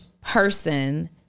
person